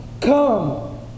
Come